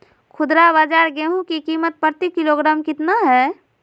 खुदरा बाजार गेंहू की कीमत प्रति किलोग्राम कितना है?